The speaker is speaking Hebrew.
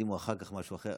הקדימו אחר כך משהו אחר.